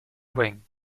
wang